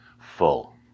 full